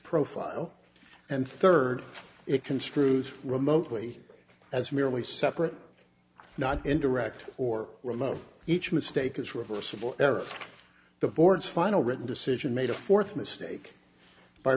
profile and third it construes remotely as merely separate not indirect or remote each mistake is reversible error the board's final written decision made a fourth mistake by